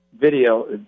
video